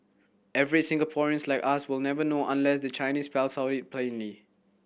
average Singaporeans like us will never know unless the Chinese spells out it plainly